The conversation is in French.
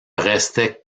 restait